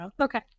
Okay